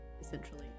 essentially